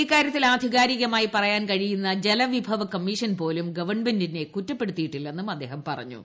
ഇക്കാര്യത്തിൽ ആധികാരികമായി പറയാൻ കഴിയുന്ന ജലവിഭവ കമ്മീഷൻ പോലും ഗവൺമെന്റിനെ കുറ്റപ്പെടുത്തിയിട്ടില്ലെന്നും അദ്ദേഹം പറഞ്ഞു